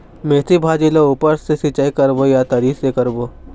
मेंथी भाजी ला ऊपर से सिचाई करबो या तरी से करबो?